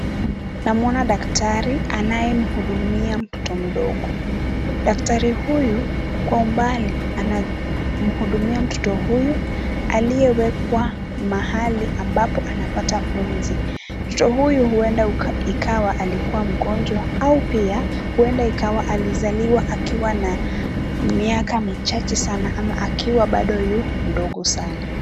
Namuona daktari anayemhudumia mtoto mdogo. Daktari huyu kwa umbali ana mhudumia mtoto huyu aliyewekwa mahali ambapo anapata pumzi. Mtoto huyu huenda ikawa alikua mgonjwa au pia huenda ikawa alizaliwa na miaka michache saana ama akiwa bado yu mdogo saana.